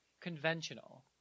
conventional